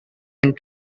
and